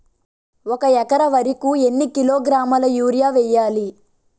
ఒక ఎకర వరి కు ఎన్ని కిలోగ్రాముల యూరియా వెయ్యాలి?